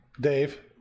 dave